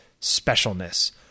specialness